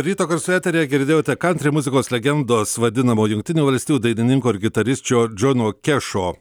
ryto garsai eteryje girdėjote kantri muzikos legendos vadinamo jungtinių valstijų dainininko ar gitarisčio džono kešo